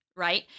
Right